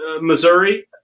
Missouri